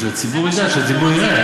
שהציבור ידע,